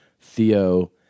Theo